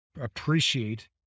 appreciate